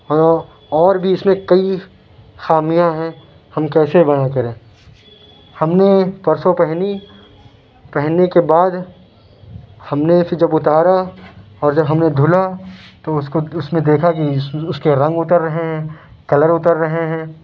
ہاں اور بھی اِس میں كئی خامیاں ہیں ہم کیسے بیاں کریں ہم نے پرسوں پہنی پہننے کے بعد ہم نے پھر جب اُتارا اور جب ہم نے دُھلا تو اُس كو اُس میں دیكھا كہ اُس كے رنگ اُتر رہے ہیں كلر اُتر رہے ہیں